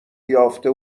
یافته